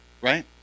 right